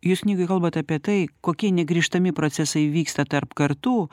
jūs knygoj kalbat apie tai kokie negrįžtami procesai vyksta tarp kartų